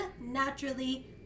naturally